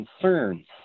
concerns